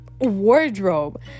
wardrobe